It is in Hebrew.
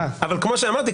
כמו שאמרתי,